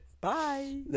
Bye